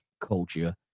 culture